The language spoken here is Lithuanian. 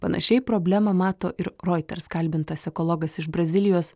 panašiai problemą mato ir reuters kalbintas ekologas iš brazilijos